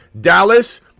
Dallas